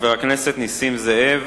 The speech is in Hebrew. חבר הכנסת נסים זאב,